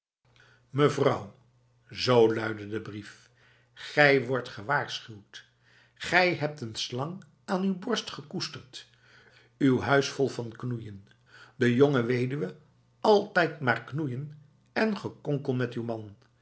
mevrouw zo luidde de brief gij wordt gewaarschuwd gij hebt een slang aan uw borst gekoesterd uw huis vol van knoeien die jonge weduwe altijd maar knoeien en gekonkel met uw man